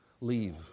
leave